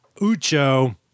Ucho